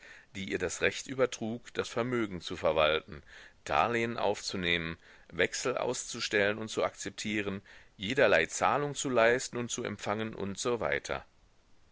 die ihr das recht übertrug das vermögen zu verwalten darlehen aufzunehmen wechsel auszustellen und zu akzeptieren jederlei zahlung zu leisten und zu empfangen usw